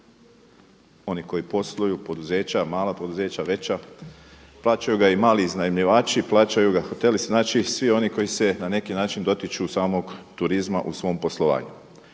oni koji posluju, poduzeća, mala poduzeća, veća, plaćaju ga i mali iznajmljivači, plaćaju ga hoteli, znači svi oni koji se na neki način dotiču samog turizma u svom poslovanju.